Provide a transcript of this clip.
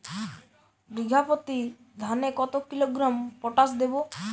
বিঘাপ্রতি ধানে কত কিলোগ্রাম পটাশ দেবো?